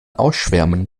ausschwärmen